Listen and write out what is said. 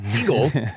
Eagles